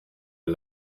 der